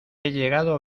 llegado